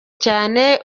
cyane